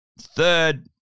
Third